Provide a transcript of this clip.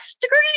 degree